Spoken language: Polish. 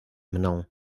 mną